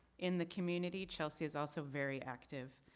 in the community chelsea is also very active.